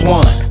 one